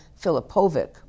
Filipovic